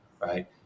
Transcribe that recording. right